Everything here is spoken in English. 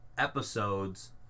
episodes